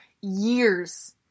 years